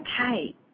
okay